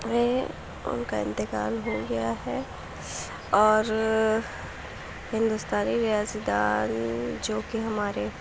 وہ اُن کا انتقال ہو گیا ہے اور ہندوستانی ریاضی دان جو کہ ہمارے